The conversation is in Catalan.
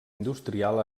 industrial